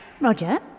Roger